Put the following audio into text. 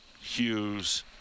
Hughes